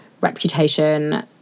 reputation